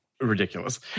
Ridiculous